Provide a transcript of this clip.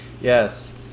Yes